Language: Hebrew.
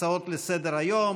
הצעות לסדר-היום,